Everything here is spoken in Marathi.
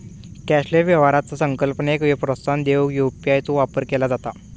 कॅशलेस व्यवहाराचा संकल्पनेक प्रोत्साहन देऊक यू.पी.आय चो वापर केला जाता